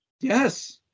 Yes